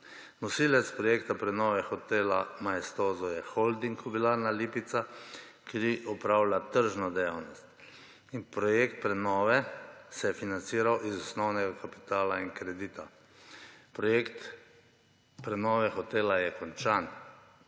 Nosilec projekta prenove hotela Maestoso je Holding Kobilarna Lipica, ki opravlja tržno dejavnost. Projekt prenove se je financiral iz osnovnega kapitala in kredite. Projekt prenove hotela je končan,